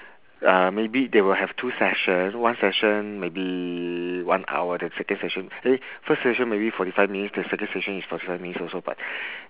uh maybe they will have two session one session maybe one hour then second session eh first session maybe forty five minutes then second session is forty five minutes also but